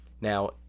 Now